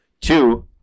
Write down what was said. Two